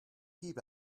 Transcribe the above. keep